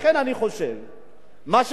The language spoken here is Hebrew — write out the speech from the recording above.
מה שנדרש כאן, לא רק